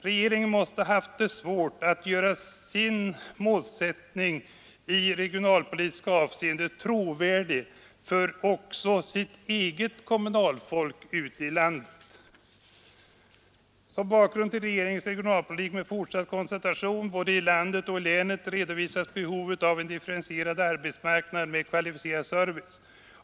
Regeringen måste ha haft det svårt att göra sin målsättning i regionalpolitiskt avseende trovärdig också för sitt eget kommunalfolk ute i landet. Som bakgrund till regeringens regionalpolitik med fortsatt koncentration både i landet och i länet redovisas behovet av en differentierad arbetsmarknad med kvalificerad service.